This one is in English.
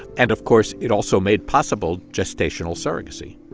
and, of course, it also made possible gestational surrogacy.